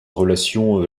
relation